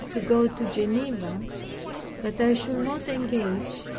to go to geneva that i should not engage,